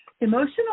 Emotional